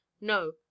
no